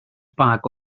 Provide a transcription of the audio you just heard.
bag